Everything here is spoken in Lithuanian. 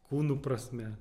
kūnų prasme